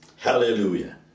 Hallelujah